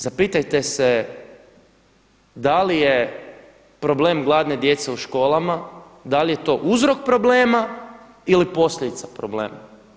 Zapitajte se da li je problem gladne djece u školama da li je to uzrok problema ili posljedica problema?